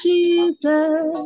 Jesus